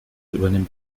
übernimmt